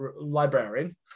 librarian